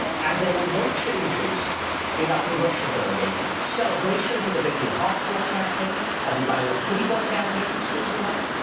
and there were no changes in our congressional delegation. celebrations at the vicky hartzler campaign, and the emanuel cleaver campaigns tuesday night.